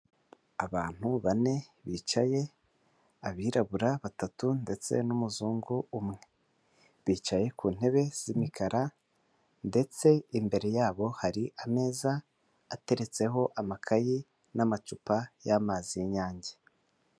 Abantu bane bicaye, abirabura batatu ndetse n'umuzungu umwe, bicaye ku ntebe z'imikara ndetse imbere yabo hari ameza ateretseho amakayi n'amacupa y'amazi y'inyange.